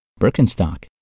Birkenstock